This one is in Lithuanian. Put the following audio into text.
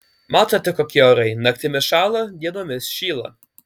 matote kokie orai naktimis šąla dienomis šyla